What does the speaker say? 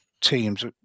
teams